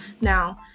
Now